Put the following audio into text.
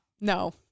no